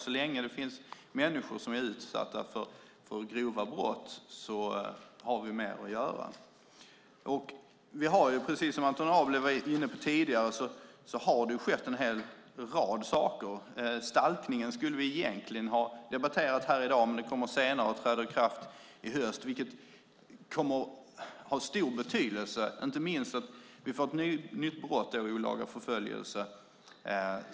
Så länge det finns människor som är utsatta för grova brott har vi mer att göra. Precis som Anton Abele var inne på tidigare har det skett en rad saker. Stalkning skulle vi egentligen ha debatterat i dag, men den frågan kommer upp senare, och lagen träder i kraft i höst. Den kommer att ha stor betydelse. Det blir ett nytt brott: olaga förföljelse.